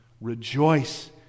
rejoice